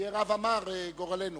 רע ומר יהיה גורלנו.